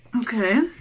Okay